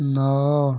ନଅ